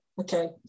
okay